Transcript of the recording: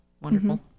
wonderful